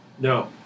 No